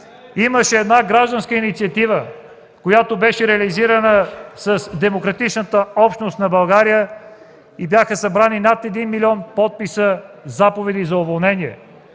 имаше една гражданска инициатива, която беше реализирана с демократичната общност на България и бяха събрани над един милион подписа – заповеди за уволнение.